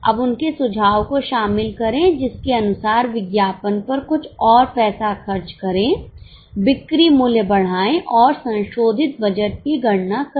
अब उनके सुझाव को शामिल करें जिसके अनुसार विज्ञापन पर कुछ और पैसा खर्च करें बिक्री मूल्य बढ़ाएँ और संशोधित बजट की गणना करें